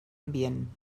ambient